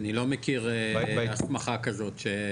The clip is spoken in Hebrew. אני לא מכיר הסמכה כזו.